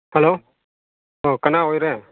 hello ꯑꯣ ꯀꯅꯥ ꯑꯣꯏꯔꯦ